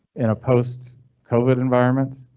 in a post covid environment.